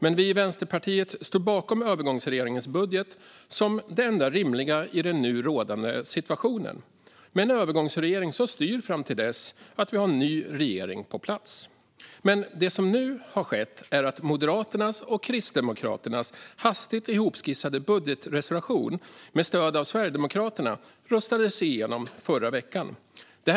Vi i Vänsterpartiet står dock bakom övergångsregeringens budget som det enda rimliga i den nu rådande situationen, där en övergångsregering styr fram till dess att vi har en ny regering på plats. Det som nu har skett är dock att Moderaternas och Kristdemokraternas hastigt ihopskissade budgetreservation i förra veckan röstades igenom med stöd av Sverigedemokraterna.